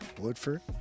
Woodford